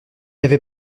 avait